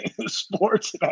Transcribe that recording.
Sports